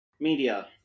Media